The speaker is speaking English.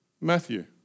Matthew